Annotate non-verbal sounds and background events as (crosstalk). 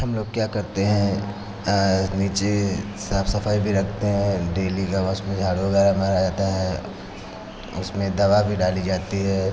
हम लोग क्या करते हैं नीचे साफ़ सफाई भी रखते हैं डेली का (unintelligible) झाड़ू वगैरह मारा जाता है उसमें दवा भी डाली जाती है